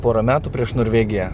porą metų prieš norvegiją